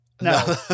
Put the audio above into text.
No